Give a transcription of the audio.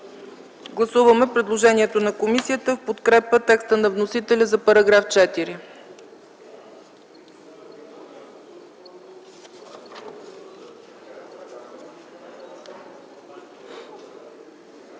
гласуваме предложението на комисията в подкрепа текста на вносителя за § 9,